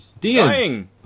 dying